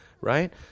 right